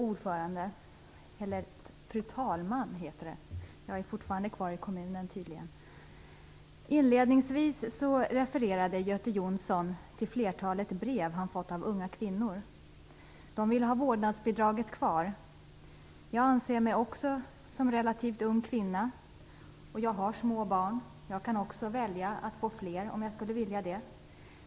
Fru talman! Inledningsvis refererade Göte Jonsson ett flertal brev som han fått av unga kvinnor. De vill ha vårdnadsbidraget kvar. Jag anser mig också vara en relativt ung kvinna, och jag har små barn. Jag kan också välja att få fler barn om jag skulle vilja det.